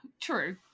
True